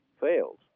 fails